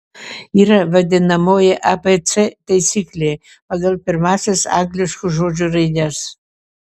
yra vadinamoji abc taisyklė pagal pirmąsias angliškų žodžių raides